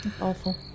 awful